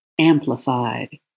amplified